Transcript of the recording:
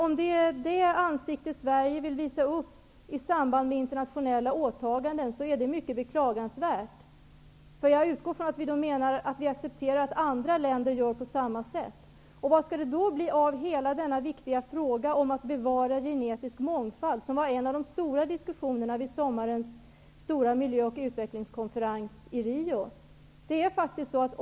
Om det är detta ansikte som Sverige vill visa upp i samband med internationella åtaganden, är det mycket beklagansvärt. Jag utgår från att vi då menar att vi accepterar att andra länder gör på samma sätt. Vad blir det då av den viktiga uppgiften att bevara genetisk mångfald, som var en av de stora diskussionsfrågorna vid sommarens stora miljö och utvecklingskonferens i Rio?